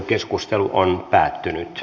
keskustelu päättyi